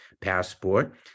passport